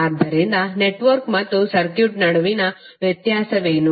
ಆದ್ದರಿಂದ ನೆಟ್ವರ್ಕ್ ಮತ್ತು ಸರ್ಕ್ಯೂಟ್ ನಡುವಿನ ವ್ಯತ್ಯಾಸವೇನು